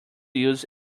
uses